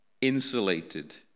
insulated